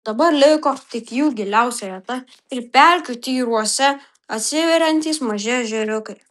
dabar liko tik jų giliausia vieta ir pelkių tyruose atsiveriantys maži ežeriukai